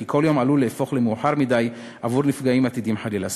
כי כל יום עלול להפוך למאוחר מדי עבור נפגעים עתידיים חלילה.